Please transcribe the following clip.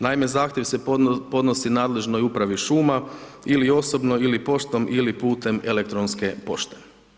Naime, zahtjev se podnosi nadležnoj upravi šuma ili osobno ili poštom ili putem elektronske pošte.